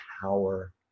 power